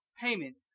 payment